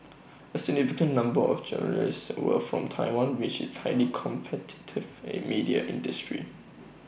A significant number of journalists were from Taiwan which is tightly competitive media industry